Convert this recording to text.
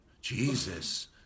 Jesus